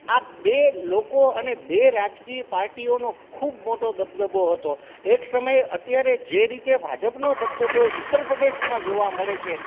આ બે લોકો અને બે રાજકીય પાર્ટીઓનો ખૂબ મોટો દબદબો હતો એક સમયે અત્યારે જે રીતે ભાજપનો દબદબો ઉત્તર પ્રદેશમાં જોવા મળે છે